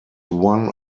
one